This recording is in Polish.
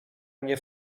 mnie